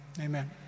Amen